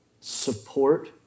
support